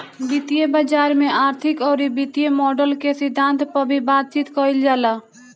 वित्तीय बाजार में आर्थिक अउरी वित्तीय मॉडल के सिद्धांत पअ भी बातचीत कईल जाला